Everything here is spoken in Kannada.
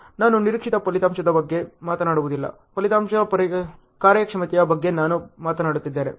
ನಾನು ನಿರೀಕ್ಷಿತ ಫಲಿತಾಂಶದ ಬಗ್ಗೆ ಮಾತನಾಡುವುದಿಲ್ಲ ಫಲಿತಾಂಶಗಳ ಕಾರ್ಯಕ್ಷಮತೆಯ ಬಗ್ಗೆ ನಾನು ಮಾತನಾಡುತ್ತಿದ್ದೇನೆ